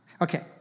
Okay